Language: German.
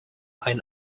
ein